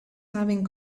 having